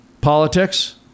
politics